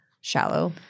shallow